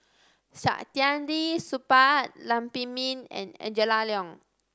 Saktiandi Supaat Lam Pin Min and Angela Liong